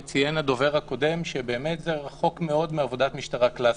וציין הדובר הקודם שבאמת זה רחוק מאוד מעבודת משטרה קלסית,